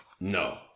No